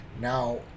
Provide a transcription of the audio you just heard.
Now